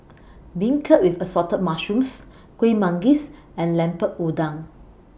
Beancurd with Assorted Mushrooms Kueh Manggis and Lemper Udang